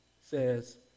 says